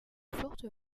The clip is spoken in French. fortes